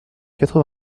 quatre